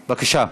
בבקשה.